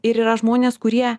ir yra žmonės kurie